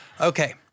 Okay